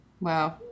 Wow